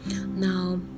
Now